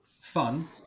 fun